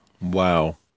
Wow